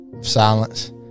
Silence